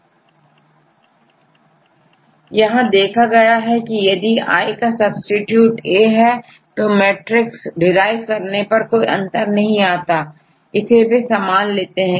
Student I to A यह देखा गया है कि यदिI आई का सब्सीट्यूटA है तो इसे MATRIX DERIVE करने पर कोई अंतर नहीं आता इसे वे समान लेते हैं